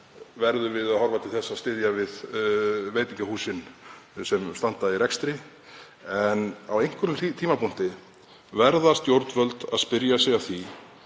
verðum við að horfa til þess að styðja við veitingahúsin sem standa í rekstri en á einhverjum tímapunkti verða stjórnvöld að spyrja sig að því